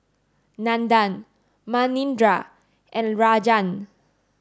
Nandan Manindra and Rajan